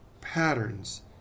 patterns